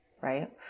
Right